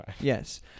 Yes